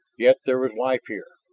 yet there was life here.